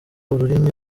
ururimi